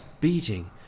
beating